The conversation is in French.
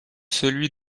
celui